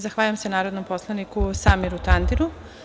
Zahvaljujem se narodnom poslaniku Samiru Tandiru.